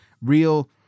real